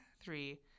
three